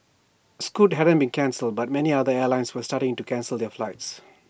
scoot hadn't been cancelled but many other airlines were starting to cancel their flights